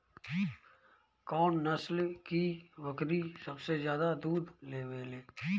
कौन नस्ल की बकरी सबसे ज्यादा दूध देवेले?